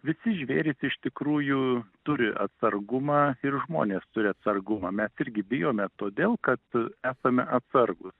visi žvėrys iš tikrųjų turi atsargumą ir žmonės turi atsargumą mes irgi bijome todėl kad esame atsargūs